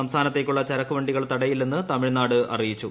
സംസ്ഥാനത്തേക്കുള്ള ചരക്കുവണ്ടികൾ തടയില്ലെന്ന് തമിഴ്നാട് അറിയിച്ചു